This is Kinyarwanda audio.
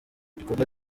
igikorwa